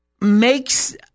makes